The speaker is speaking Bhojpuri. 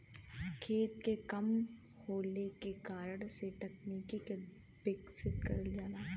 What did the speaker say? खेत के कम होले के कारण से तकनीक के विकसित करल जाला